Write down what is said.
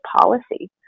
Policy